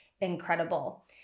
incredible